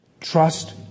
Trust